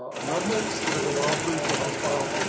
ah moments that have been offered shells follow.